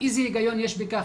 איזה היגיון יש בכך?